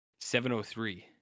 703